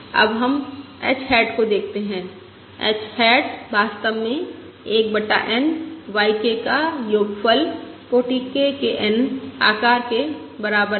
अब हम h hat को देखते हैं h हैट वास्तव में 1 बटा N yK का योगफल कोटि K के N आकार के बराबर है